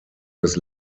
des